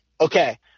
okay